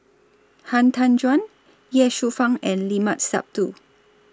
Han Tan Juan Ye Shufang and Limat Sabtu